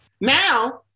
now